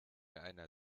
einer